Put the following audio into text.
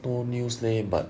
no news leh but